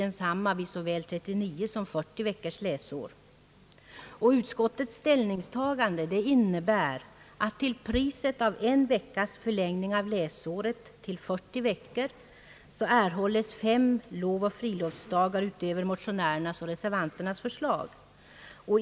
densamma vid såväl 39 som 40 veckors läsår. Utskottets ställningstagande innebär att till priset av en veckas förlängning. av läsåret till 40 veckor erhålles fem lovoch friluftsdagar utöver dem i motionärernas och reservanternas förslag.